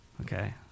Okay